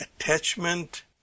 attachment